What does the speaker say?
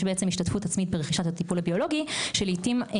יש השתתפות עצמית ברכישת הטיפול הביולוגי שלעתים היא